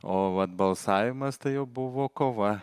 o vat balsavimas tai jau buvo kova